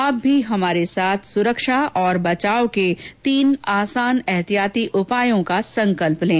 आप भी हमारे साथ सुरक्षा और बचाव के तीन आसान एहतियाती उपायों का संकल्प लें